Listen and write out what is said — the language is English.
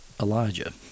Elijah